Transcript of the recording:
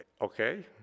Okay